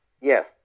Yes